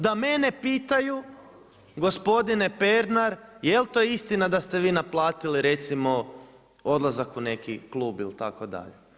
Da mene pitaju gospodine Pernar, je li to istina da ste vi naplatili recimo odlazak u neki klub itd.